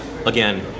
Again